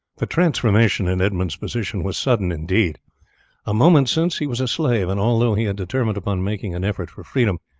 the transformation in edmund's position was sudden indeed a moment since he was a slave, and although he had determined upon making an effort for freedom,